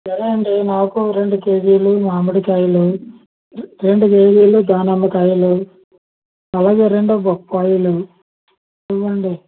ఎలా అండి మాకు రెండు కేజీలు మామిడికాయలు రెండు కేజీలు దానిమ్మకాయలు అలాగే రెండు బొప్పాయిలు ఇవ్వండి